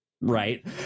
Right